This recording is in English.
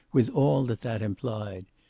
with all that that implied.